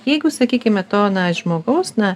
jeigu sakykime to na žmogaus na